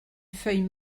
feuille